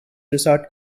resort